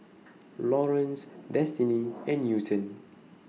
Lawrence Destini and Newton